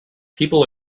people